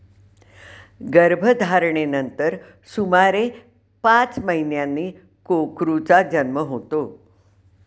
गर्भधारणेनंतर सुमारे पाच महिन्यांनी कोकरूचा जन्म होतो